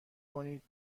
کنید